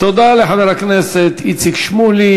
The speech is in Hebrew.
תודה לחבר הכנסת איציק שמולי.